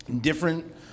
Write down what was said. different